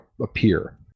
appear